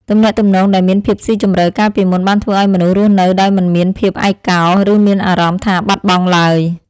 ទំនាក់ទំនងដែលមានភាពស៊ីជម្រៅកាលពីមុនបានធ្វើឱ្យមនុស្សរស់នៅដោយមិនមានភាពឯកោ ឬមានអារម្មណ៍ថាបាត់បង់ឡើយ។